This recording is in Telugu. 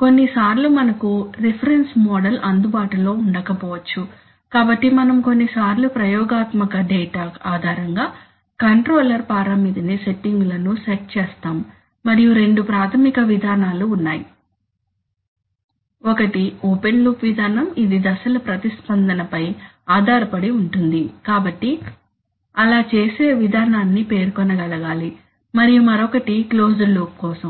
కొన్నిసార్లు మనకు రిఫరెన్స్ మోడల్ అందుబాటులో ఉండకపోవచ్చు కాబట్టి మనం కొన్నిసార్లు ప్రయోగాత్మక డేటా ఆధారంగా కంట్రోలర్ పారామితి సెట్టింగులను సెట్ చేస్తాము మరియు రెండు ప్రాథమిక విధానాలు ఉన్నాయి ఒకటి ఓపెన్ లూప్ విధానం ఇది దశల ప్రతిస్పందనపై ఆధారపడి ఉంటుంది కాబట్టి అలా చేసే విధానాన్ని పేర్కొనగలగాలి మరియు మరొకటి క్లోజ్డ్లూ లూప్ కోసం